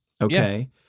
Okay